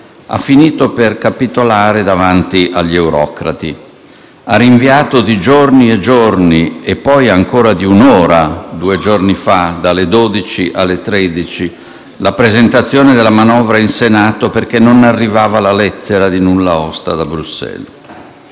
ha finito per capitolare davanti agli eurocrati. Ha rinviato di giorni e giorni e poi ancora di un'ora due giorni fa (dalle ore 12 alle ore 13) la presentazione della manovra in Senato, perché non arrivava la lettera di nulla osta da Bruxelles.